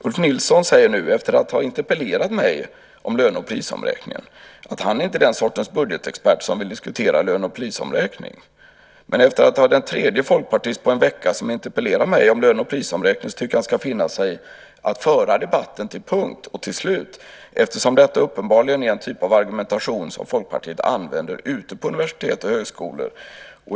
Ulf Nilsson säger nu, efter att ha interpellerat mig om löne och prisomräkningen, att han inte är den sortens budgetexpert som vill diskutera löne och prisomräkning. Men efter att han som tredje folkpartist på en vecka som interpellerar mig om löne och prisomräkning tycker jag att han ska finna sig i att föra debatten till punkt och slut. Detta är ju uppenbarligen en typ av argumentation som Folkpartiet använder ute på universitet och högskolor.